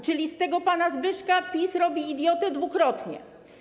Czyli z tego pana Zbyszka PiS robi idiotę dwukrotnie.